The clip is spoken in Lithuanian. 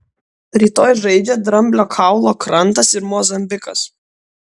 rytoj žaidžia dramblio kaulo krantas ir mozambikas